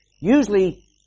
usually